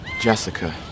Jessica